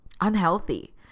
unhealthy